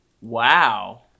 Wow